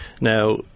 now